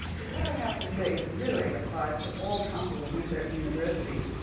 but what i have to say really applies to all comparable research universities.